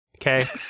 okay